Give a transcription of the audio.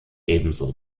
ebenso